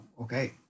okay